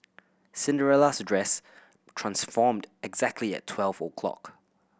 Cinderella's dress transformed exactly at twelve o' clock